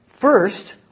first